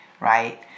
right